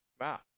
wow